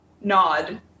nod